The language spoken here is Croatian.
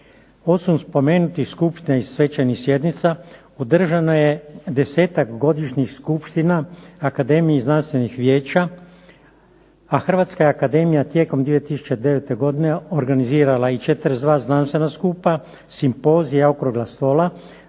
Osim spomenutih skupština i svečanih sjednica održano je desetak godišnjih skupština Akademije znanstvenih vijeća, a Hrvatska je akademija tijekom 2009. godine organizirala i 42 znanstvena skupa, simpozija, okrugla stola,